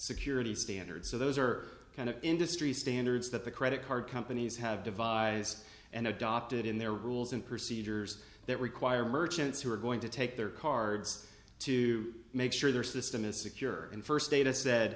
security standards so those are kind of industry standards that the credit card companies have devised and adopted in their rules and procedures that require merchants who are going to take their cards to make sure their system is secure and first data said